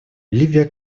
ливия